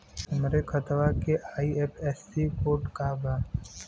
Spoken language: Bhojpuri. हमरे खतवा के आई.एफ.एस.सी कोड का बा?